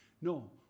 No